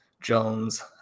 jones